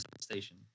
station